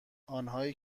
آنهایی